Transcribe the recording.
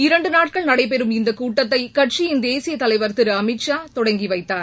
இரண்டு நாட்கள் நடைபெறும் இந்த கூட்டத்தை கட்சியிள் தேசிய தலைவர் திரு அமித் ஷா தொடங்கி வைத்தார்